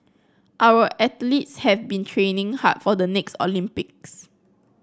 our athletes have been training hard for the next Olympics